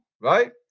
right